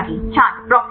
छात्र प्रोक्सिमते